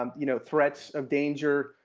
um you know, threats of danger,